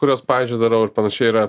kuriuos pavyzdžiui darau ir panašiai yra